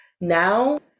now